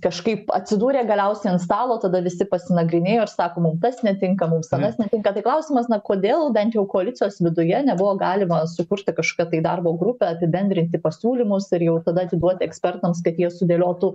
kažkaip atsidūrė galiausiai ant stalo tada visi pasinagrinėjo ir sako mum tas netinka mums anas netinka tai klausimas na kodėl bent jau koalicijos viduje nebuvo galima sukurti kažkokią tai darbo grupę apibendrinti pasiūlymus ir jau tada atiduoti ekspertams kad jie sudėliotų